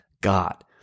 God